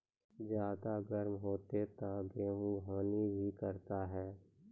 ज्यादा गर्म होते ता गेहूँ हनी भी करता है?